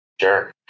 Sure